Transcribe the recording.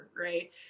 right